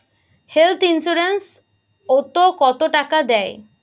Health insurance ওত কত টাকা দেয়?